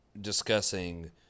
discussing